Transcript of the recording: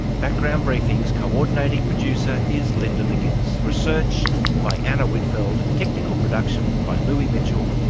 background briefing's coordinating producer is linda mcginness. research by anna whitfeld. technical production by louis mitchell,